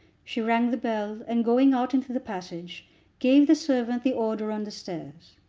she rang the bell, and going out into the passage gave the servant the order on the stairs.